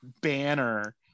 banner